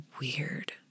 weird